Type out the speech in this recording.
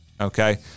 Okay